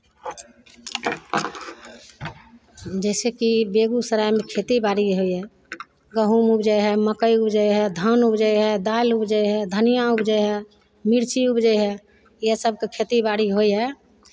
जैसेकि बेगूसरायमे खेती बाड़ी होइ हइ गहुम उपजै हइ मकइ उपजै हइ धान उपजै हइ दालि उपजै हइ धनियाँ उपजै हइ मिर्ची उपजै हइ इएह सभके खेती बाड़ी होइ हइ